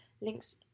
links